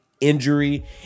injury